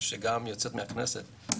שגם יוצאת מהכנסת,